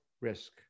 risk